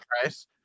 price